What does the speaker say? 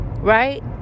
right